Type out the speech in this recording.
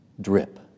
drip